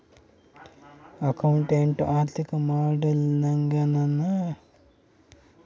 accountant ಆರ್ಥಿಕ ಮಾಡೆಲಿಂಗನ್ನ ತಯಾರಿಸ್ತಾರೆ ಲಾಭ ನಷ್ಟಯಲ್ಲದರ ದಾಖಲೆ ಇರ್ತತೆ, ಏನು ತಪ್ಪಿಲ್ಲದಂಗ ಮಾಡದು ಅಕೌಂಟೆಂಟ್ನ ಕೆಲ್ಸ